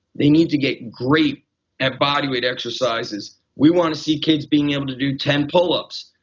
they need to get great at body weight exercises. we want to see kids being able to do ten pull ups,